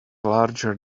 larger